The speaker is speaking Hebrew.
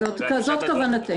זאת כוותנו.